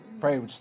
pray